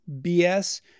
BS